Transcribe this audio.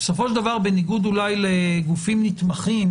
בסופו של דבר בניגוד אולי לגופים נתמכים